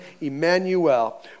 Emmanuel